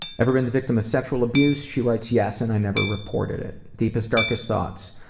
ever been the victim of sexual abuse? she writes, yes and i never reported it. deepest, darkest thoughts?